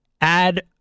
Add